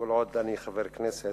כל עוד אני חבר כנסת.